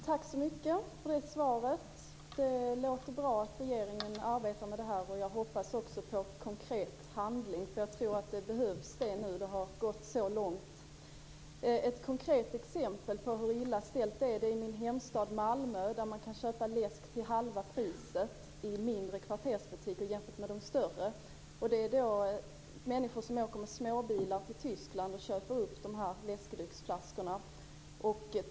Herr talman! Tack för svaret. Det låter bra att regeringen arbetar med detta. Jag hoppas också på konkret handling. Det har gått så långt att det behövs. Ett konkret exempel på hur illa ställt det är har vi i min hemstad Malmö. Där kan man i mindre kvartersbutiker köpa läsk för halva priset, jämfört med i de större. Människor åker med småbilar till Tyskland och köper läskedrycksflaskor.